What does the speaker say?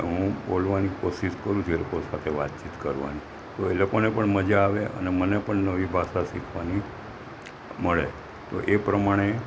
હું બોલવાની કોશિશ કરું છું એ લોકો સાથે વાતચીત કરવાની તો એ લોકોને પણ મજા આવે અને મને પણ નવી ભાષા શીખવાની મળે તો એ પ્રમાણે